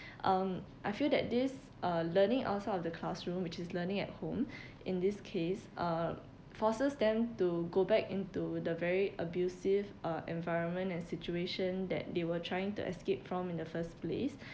um I feel that this uh learning outside of the classroom which is learning at home in this case uh forces them to go back into the very abusive uh environment and situation that they were trying to escape from in the first place